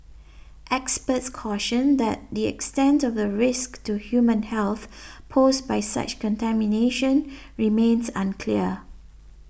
experts cautioned that the extent of the risk to human health posed by such contamination remains unclear